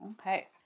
Okay